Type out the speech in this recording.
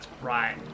Right